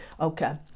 okay